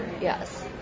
yes